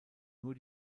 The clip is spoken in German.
nur